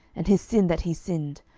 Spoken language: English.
and his sin that he sinned,